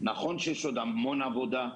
נכון שיש עוד המון עבודה.